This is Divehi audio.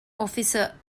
އޮފިސަރ